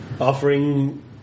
offering